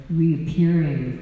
reappearing